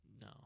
No